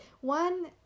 one